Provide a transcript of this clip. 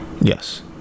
Yes